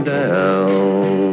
down